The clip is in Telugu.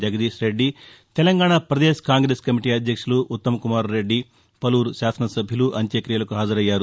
జగదీష్రెడ్డి తెలంగాణ ప్రదేశ్ కాంగ్రెస్ కమిటీ అధ్యక్షులు ఉత్తమ్ కుమార్ రెడ్డి పలువురు శాసనసభ్యులు అంత్వక్రియలకు హాజరయ్యారు